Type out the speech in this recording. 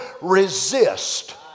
resist